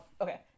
Okay